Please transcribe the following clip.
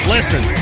Listen